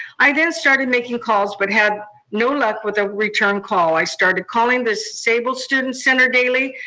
i then started making calls but had no luck with a return call. i started calling the disabled students center daily,